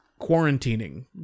quarantining